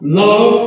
love